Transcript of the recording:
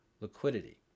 liquidity